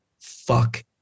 fuck